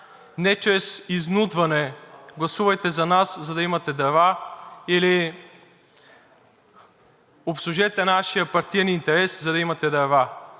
не чрез изнудване: „гласувайте за нас, за да имате дърва“ или „обслужете нашия партиен интерес, за да имате дърва“.